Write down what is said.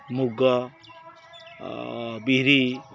ମୁଗ ବିରି